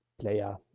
player